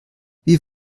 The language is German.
wie